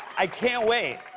i can't wait.